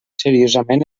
seriosament